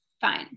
Fine